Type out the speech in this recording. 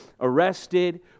arrested